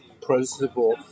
principle